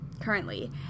currently